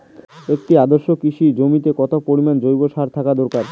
একটি আদর্শ কৃষি জমিতে কত পরিমাণ জৈব সার থাকা দরকার?